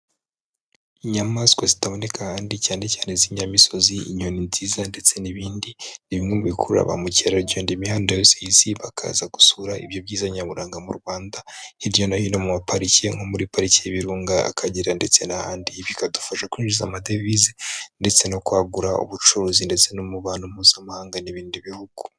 Inyamaswa zitaboneka ahandi cyane cyane z'inyamisozi, inyoni nziza ndetse n'ibindi, ni bimwe mu bikurura ba mukerarugendo, imihanda yose izi bakaza gusura ibyo byiza nyaburanga mu Rwanda, hirya no hino mu mapariki, nko muri Pariki y'Ibirunga, Akagera ndetse n'ahandi bikadufasha kwinjiza amadevize, ndetse no kwagura ubucuruzi, ndetse n'umubano Mpuzamahanga n'ibindi bihugu.